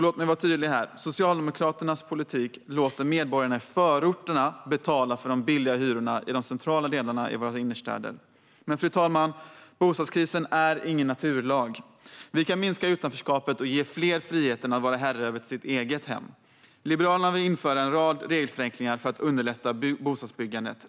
Låt mig vara tydlig här: Socialdemokraternas politik gör att medborgarna i förorterna får betala för de billiga hyrorna i de centrala delarna i Sveriges storstäder. Fru talman! Bostadskrisen styrs dock inte av någon naturlag. Vi kan minska utanförskapet och ge fler friheten att vara herre över sitt eget hem. Liberalerna vill göra en rad regelförenklingar för att underlätta bostadsbyggandet.